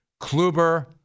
Kluber